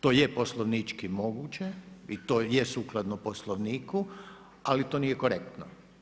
To je poslovnički moguće i to je sukladno Poslovniku ali to nije korektno.